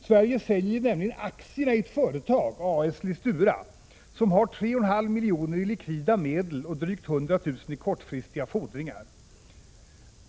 Sverige säljer nämligen aktierna i ett företag, A/S Listura, som har 3,5 milj.kr. i likvida medel och drygt 100 000 kr. i kortfristiga fordringar.